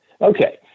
Okay